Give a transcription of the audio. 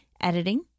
editing